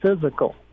physical